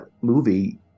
movie